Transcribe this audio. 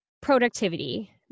productivity